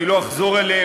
ואני לא אחזור עליהם,